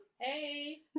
Hey